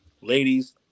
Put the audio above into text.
ladies